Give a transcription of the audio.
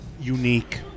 unique